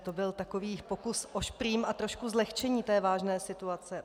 To byl takový pokus o šprým a trošku zlehčení té vážné situace.